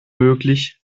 möglich